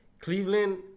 Cleveland